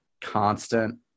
constant